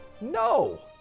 No